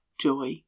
joy